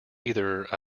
either